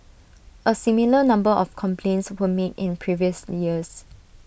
A similar number of complaints were made in previous years